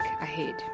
ahead